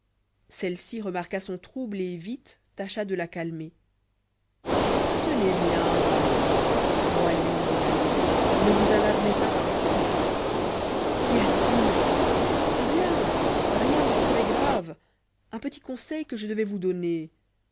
celle-ci remarqua son trouble et vite tâcha de la calmer ce n'est rien barbe voyons mon amie ne vous alarmez pas ainsi qu'y a-t-il rien rien de très grave un petit conseil que je devais vous donner